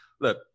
Look